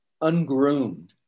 ungroomed